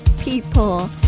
people